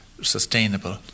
Sustainable